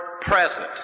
present